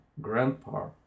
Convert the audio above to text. grandpa